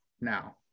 now